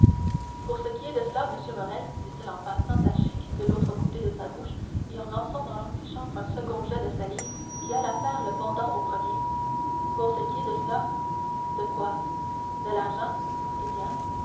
pour ce qui est de cela monsieur morrel dit-il en passant sa chique de l'autre côté de sa bouche et en lançant dans l'antichambre un second jet de salive qui alla faire le pendant au premier pour ce qui est de cela de quoi de l'argent eh bien